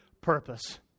purpose